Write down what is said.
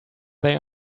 they